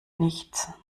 nichts